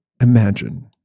imagine